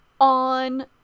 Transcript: on